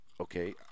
okay